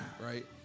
Right